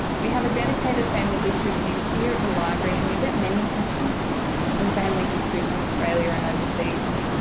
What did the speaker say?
we have a dedicated family history team here at the library and we get many questions on family history from australia and overseas.